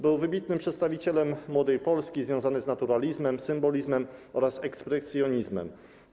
Był wybitnym przedstawicielem Młodej Polski, związany z naturalizmem, symbolizmem oraz ekspresjonizmem.